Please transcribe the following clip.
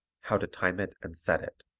how to time it and set it.